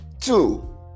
two